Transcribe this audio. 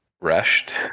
rushed